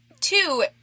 two